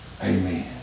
Amen